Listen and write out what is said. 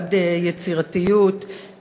עד יצירתיות,